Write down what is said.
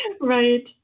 Right